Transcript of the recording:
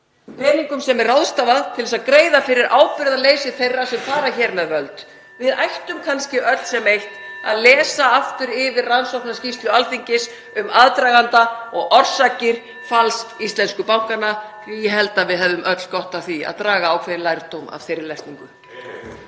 peningum sem er ráðstafað til þess að greiða fyrir ábyrgðarleysi þeirra sem fara með völd. (Forseti hringir.) Við ættum kannski öll sem eitt að lesa aftur yfir rannsóknarskýrslu Alþingis um aðdraganda og orsakir falls íslensku bankanna. Ég held að við hefðum öll gott af því að draga ákveðinn lærdóm af þeirri lesningu.